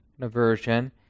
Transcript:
aversion